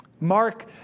Mark